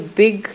big